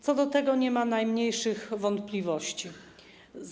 Co do tego nie ma najmniejszych wątpliwości.